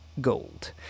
gold